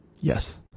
yes